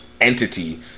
entity